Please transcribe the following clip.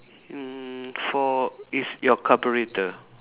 mm for it's your carburettor